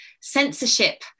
censorship